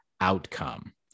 outcome